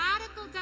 radical